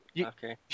Okay